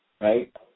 right